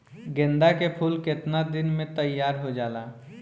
गेंदा के फूल केतना दिन में तइयार हो जाला?